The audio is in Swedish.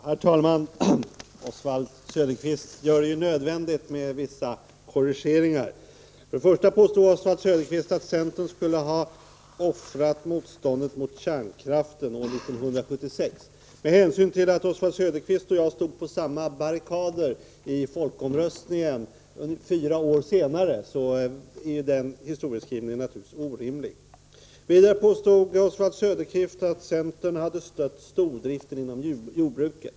Herr talman! Det är nödvändigt att göra vissa korrigeringar med anledning av Oswald Söderqvists anförande. För det första påstod Oswald Söderqvist att centern skulle ha offrat motståndet mot kärnkraften år 1976. Med hänsyn till att Oswald Söderqvist och jag stod på samma barrikader i folkomröstningen fyra år senare är denna historieskrivning naturligtvis orimlig. För det andra påstod Oswald Söderqvist att centern hade stött stordriften inom jordbruket.